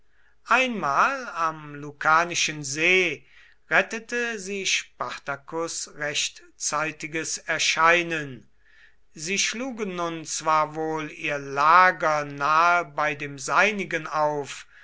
einmal am lucanischen see rettete sie spartacus rechtzeitiges erscheinen sie schlugen nun zwar wohl ihr lager nahe bei dem seinigen auf